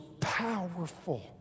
powerful